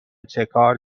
چکار